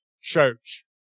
church